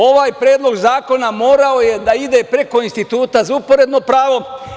Ovaj Predlog zakona morao je da ide preko Instituta za uporedno pravo.